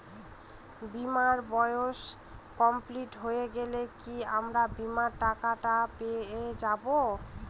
বীমার বয়স কমপ্লিট হয়ে গেলে কি আমার বীমার টাকা টা পেয়ে যাবো?